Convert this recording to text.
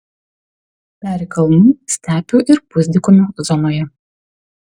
peri kalnų stepių ir pusdykumių zonoje